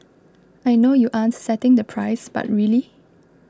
I know you aren't setting the price but really